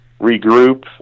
regroup